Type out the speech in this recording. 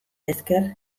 esker